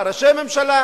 לממשלה, ראשי ממשלה,